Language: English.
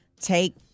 take